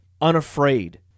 unafraid